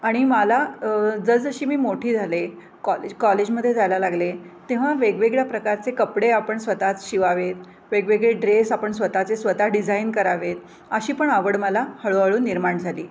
आणि मला जसजशी मी मोठी झाले कॉलेज कॉलेजमध्ये जायला लागले तेव्हा वेगवेगळ्या प्रकारचे कपडे आपण स्वतःच शिवावेत वेगवेगळे ड्रेस आपण स्वतःचे स्वतः डिझाईन करावेत अशी पण आवड मला हळूहळू निर्माण झाली